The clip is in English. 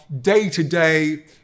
day-to-day